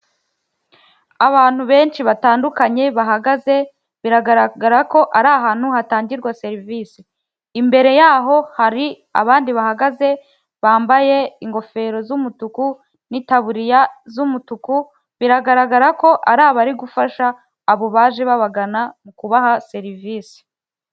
Abantu benshi batandukanye bahagaze biragaragara ko ari ahantu hatangirwa serivisi, imbere yaho hari abandi bahagaze bambaye ingofero z'umutuku n'itabuririya z'umutuku, biragaragara ko ari abari gufasha abo baje babagana mu kubaha serivisi.